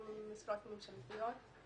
גם משרות ממשלתיות,